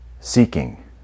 seeking